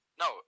No